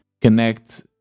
connect